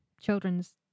children's